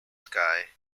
sky